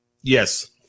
Yes